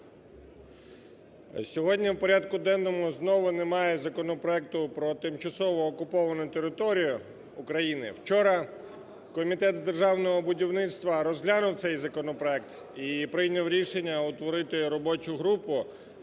Сьогодні в порядку денному знову немає законопроекту про тимчасово окуповану територію України. Вчора Комітет з державного будівництва розглянув цей законопроект і прийняв рішення утворити робочу групу